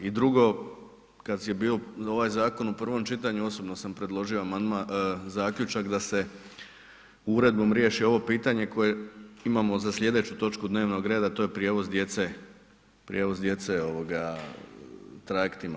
I drugo, kad je bio ovaj zakon u prvom čitanju osobno sam predložio amandman, zaključak da se uredbom riješi ovo pitanje koje imamo za slijedeću točku dnevnog reda, a to je prijevoz djece ovoga trajektima.